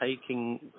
taking